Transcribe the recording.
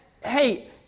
hey